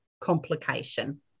complication